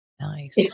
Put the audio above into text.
Nice